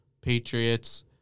Patriots